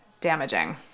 damaging